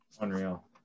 Unreal